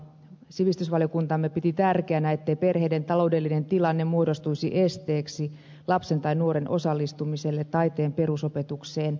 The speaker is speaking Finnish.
sivistysvaliokuntamme piti tärkeänä ettei perheiden taloudellinen tilanne muodostuisi esteeksi lapsen tai nuoren osallistumiselle taiteen perusopetukseen